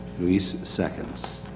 luis seconds.